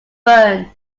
burn